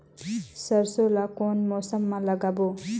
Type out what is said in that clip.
सरसो ला कोन मौसम मा लागबो?